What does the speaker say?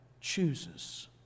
chooses